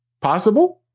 Possible